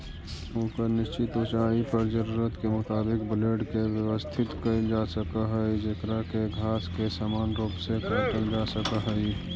ओकर में निश्चित ऊँचाई पर जरूरत के मुताबिक ब्लेड के व्यवस्थित कईल जासक हई जेकरा से घास के समान रूप से काटल जा सक हई